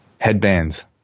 headbands